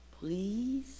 Please